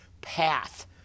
path